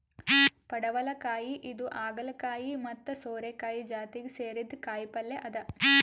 ಪಡವಲಕಾಯಿ ಇದು ಹಾಗಲಕಾಯಿ ಮತ್ತ್ ಸೋರೆಕಾಯಿ ಜಾತಿಗ್ ಸೇರಿದ್ದ್ ಕಾಯಿಪಲ್ಯ ಅದಾ